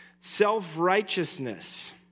self-righteousness